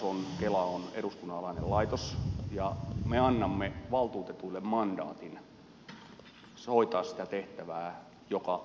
kansaneläkelaitos on eduskunnan alainen laitos ja me annamme valtuutetuille mandaatin hoitaa sitä tehtävää joka on se valvontatehtävä